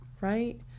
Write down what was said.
right